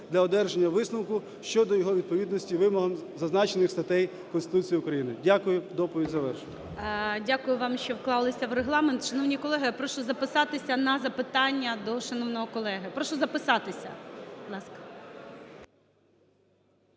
для одержання висновку щодо його відповідності вимогам зазначених статей Конституції України. Дякую. Доповідь завершив. ГОЛОВУЮЧИЙ. Дякую вам, що вклалися в регламент. Шановні колеги, я прошу записатися на запитання до шановного колеги. Прошу записатися, будь ласка.